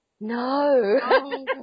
no